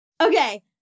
Okay